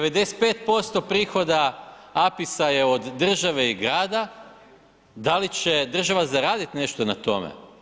95% prihoda APIS-a je od države i grada, da li će država zaraditi nešto na tome?